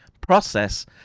process